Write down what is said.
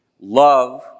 Love